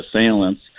assailants